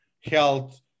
health